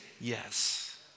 yes